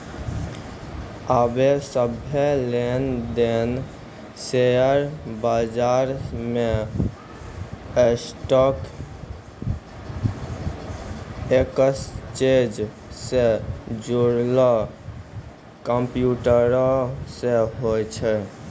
आबे सभ्भे लेन देन शेयर बजारो मे स्टॉक एक्सचेंज से जुड़लो कंप्यूटरो से होय छै